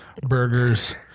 burgers